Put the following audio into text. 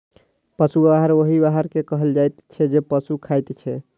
पशु आहार ओहि आहार के कहल जाइत छै जे पशु खाइत छै